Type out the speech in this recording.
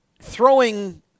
throwing